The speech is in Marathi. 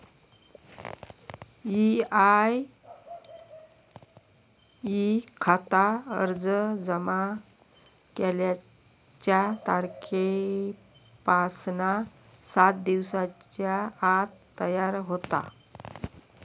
ई.आय.ई खाता अर्ज जमा केल्याच्या तारखेपासना सात दिवसांच्या आत तयार होता